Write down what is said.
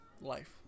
Life